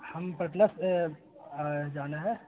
ہم پٹنہ سے جانا ہے